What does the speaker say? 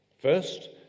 First